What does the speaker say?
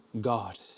God